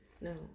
No